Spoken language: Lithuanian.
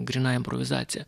gryna improvizacija